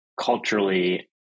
Culturally